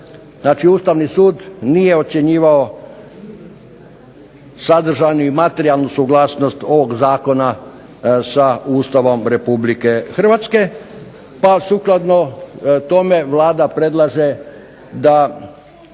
Ustavni sud nije ocjenjivao sadržajnu i materijalnu suglasnost ovog zakona sa Ustavom Republike Hrvatske, pa sukladno tome Vlada predlaže da,